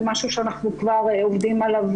זה משהו שאנחנו כבר עובדים עליו,